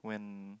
when